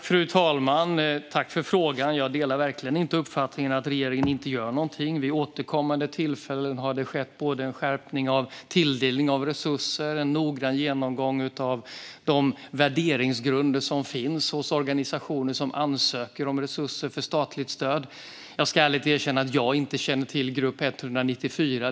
Fru talman! Tack, Ludvig Aspling, för frågan! Jag delar verkligen inte uppfattningen att regeringen inte gör något. Vid återkommande tillfällen har det skett både skärpningar av tilldelningen av resurser och noggranna genomgångar av de värderingsgrunder som finns hos de organisationer som ansöker om resurser för statligt stöd. Jag ska ärligt erkänna att jag inte känner till Grupp 194.